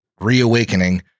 reawakening